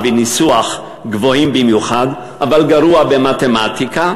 וניסוח גבוהים במיוחד אבל גרוע במתמטיקה,